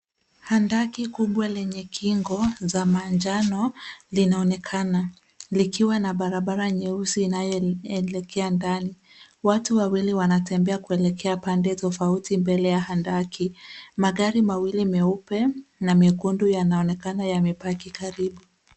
Handaki kubwa lenye kingo za manjano linaonekana likiwa na barabara nyeusi inayoelekea ndani. Watu wawili wanatembea kuelekea pande tofauti mbele ya handaki. Magari mawili meupe na mekundu yanaonekana yamepaki karibu.